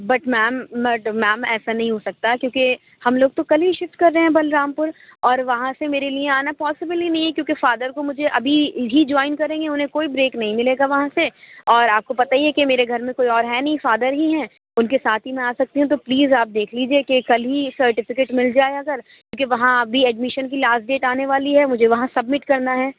but ma'am but ma'am ایسا نہیں ہو سکتا کیونکہ ہم لوگ تو کل ہی شفٹ کر رہے ہیں بلرام پور اور وہاں سے میرے لیے آنا پواسبل ہی نہیں ہے کیونکہ فادر کو مجھے ابھی ہی جوائن کریں گے انہیں کوئی بریک نہیں ملے گا وہاں سے اور آپ کو پتہ ہی ہے کہ میرے گھر میں کوئی اور ہے نہیں فادر ہی ہیں ان کے ساتھ ہی میں آ سکتی ہوں تو پلیز آپ دیکھ لیجیے کہ کل ہی سرٹیفیکٹ مل جائے اگر کیونکہ وہاں ابھی ایڈمیشن کی لاسٹ ڈیٹ آنے والی ہے مجھے وہاں سبمٹ کرنا ہے